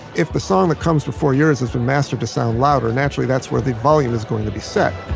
if the song that comes before yours has been mastered to sound louder, naturally that's where the volume is going to be set.